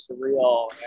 surreal